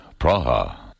Praha